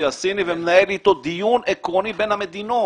הסיני ומנהל אתו דיון עקרוני בין המדינות.